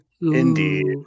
Indeed